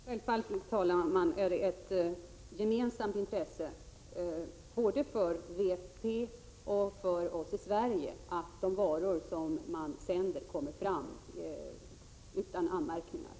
Herr talman! Självfallet är det ett gemensamt intresse för WFP och oss i Sverige att varan man sänder kommer fram utan anmärkningar.